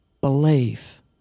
believe